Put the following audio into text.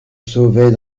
sauvaient